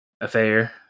affair